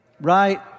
Right